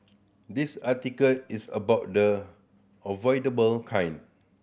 this article is about the avoidable kind